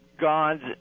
gods